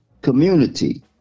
Community